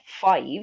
five